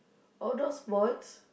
outdoor sports